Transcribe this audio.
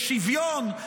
בשוויון,